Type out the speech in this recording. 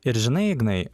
ir žinai ignai